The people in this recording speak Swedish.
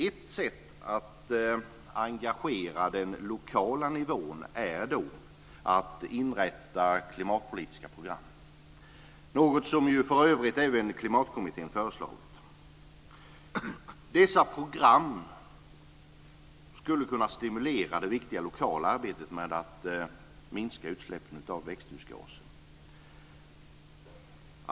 Ett sätt att engagera den lokala nivån är att inrätta klimatpolitiska program. Det är något som även Klimatkommittén har föreslagit. Dessa program skulle kunna stimulera det viktiga lokala arbetet med att minska utsläppen av växthusgaser.